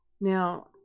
Now